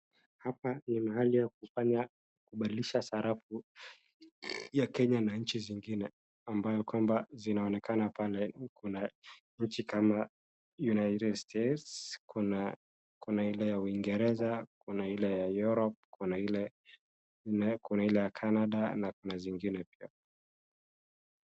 Hapa ni mahali ya kubadilisha sarafu ya kenya na nchi zingine ambazo zinaonekana pale. Kuna nchi kama United States, kuna ile ya Uingereza, kuna ile ya Europe, kuna ya Canada na kuna zingine pia.